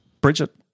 Bridget